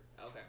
Okay